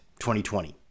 2020